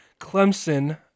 Clemson